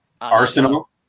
Arsenal